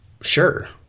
sure